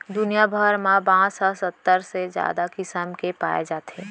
दुनिया भर म बांस ह सत्तर ले जादा किसम के पाए जाथे